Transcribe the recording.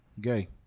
gay